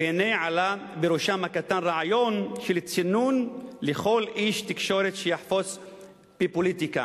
והנה עלה בראשם הקטן רעיון של צינון לכל איש תקשורת שיחפוץ בפוליטיקה.